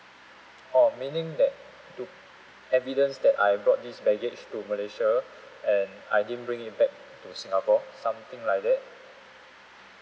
oh meaning that do evidence that I brought this baggage to malaysia and I didn't bring it back to singapore something like that